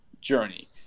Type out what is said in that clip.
journey